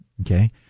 okay